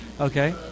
okay